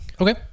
Okay